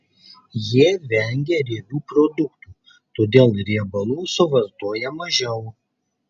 jie vengia riebių produktų todėl riebalų suvartoja mažiau